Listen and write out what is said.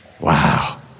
Wow